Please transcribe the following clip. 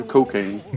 Cocaine